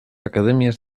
academias